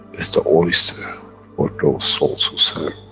is the oyster for those souls who serve,